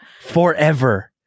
forever